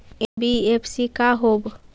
NBFC का होब?